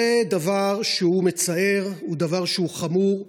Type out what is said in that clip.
זה דבר שהוא מצער, הוא דבר שהוא חמור,